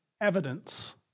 evidence